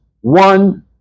one